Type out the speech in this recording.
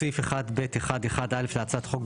בסעיף 1(ב1)(1)(א) להצעת החוק,